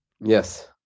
Yes